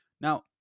Now